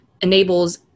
enables